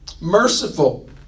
Merciful